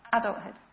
adulthood